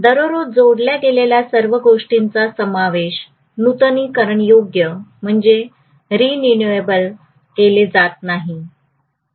दररोज जोडल्या गेलेल्या सर्व गोष्टींचा समावेश नूतनीकरणयोग्य केल जात नाही